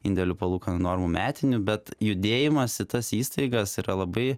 indėlių palūkanų normų metinių bet judėjimas į tas įstaigas yra labai